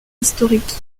historique